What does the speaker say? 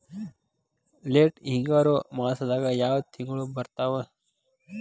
Late ಹಿಂಗಾರು ಮಾಸದಾಗ ಯಾವ್ ತಿಂಗ್ಳು ಬರ್ತಾವು?